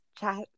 chat